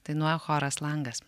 dainuoja choras langas